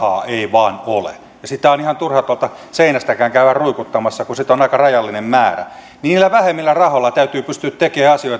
vain ole sitä on ihan turha tuolta seinästäkään käydä ruikuttamassa kun sitä on aika rajallinen määrä niillä vähemmillä rahoilla täytyy pystyä tekemään asioita fiksummin